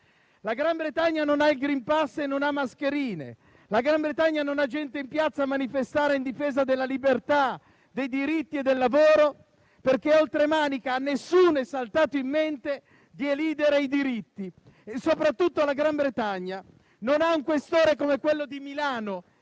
La Gran Bretagna non ha il *green pass* e non ha le mascherine. La Gran Bretagna non ha gente in piazza a manifestare in difesa della libertà, dei diritti e del lavoro, perché oltremanica a nessuno è saltato in mente di elidere i diritti. Soprattutto la Gran Bretagna non ha un questore come quello di Milano